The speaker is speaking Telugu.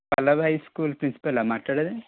పల్లవి హై స్కూల్ ప్రిన్సిపలా మాట్లాడేది